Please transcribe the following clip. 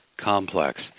complex